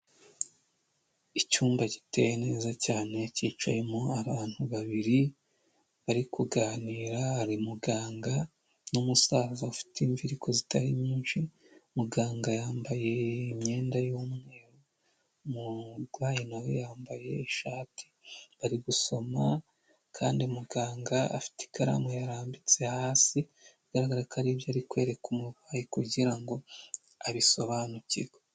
Icyumba giteye neza cyane cyicayemo abantu babiri bari kuganira, hari muganga n'umusaza ufite imvi ariko zitari nyinshi, muganga yambaye imyenda y' umweru umurwayi nawe yambaye ishati, bari gusoma kandi muganga afite ikaramu yarambitse hasi, bigaragara ko aribyo ari kwereka umurwayi kugira ngo abisobanukirwe.